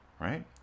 Right